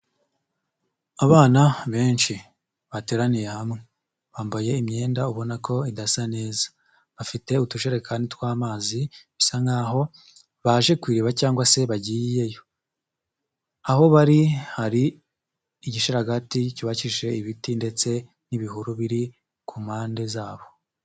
Abana benshi bateraniye hamwe bambaye imyenda ubona ko idasa neza bafite utujerekani tw'amazi bisa nk'aho baje ku iriba cyangwa se bagiyeyo. Aho bari hari igisharagati cy'ubakishije ibiti ndetse n'ibihuru biri ku mpande z'aho.